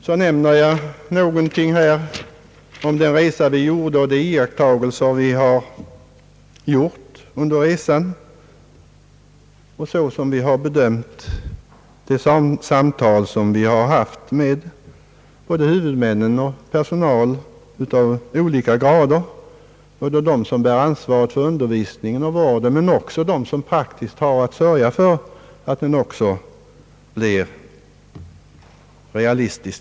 Så vill jag nämna någonting här om den resa som vi har företagit och de iakttagelser som vi har gjort under resan samt hur vi har bedömt de samtal som vi har haft med både huvudmän och personal i olika grader, både dem som bär ansvaret för undervisningen och vården och dem som har att praktiskt sörja för att verksamheten blir realistisk.